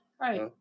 right